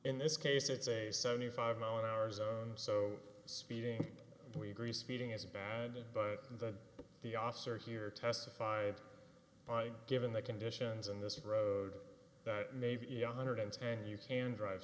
in this case it's a seventy five mile an hour zone so speeding we agree speeding is bad but the the officer here testified by given the conditions in this road maybe on hundreds and you can drive